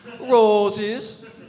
Roses